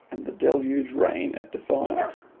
and the deluging rain at defiance,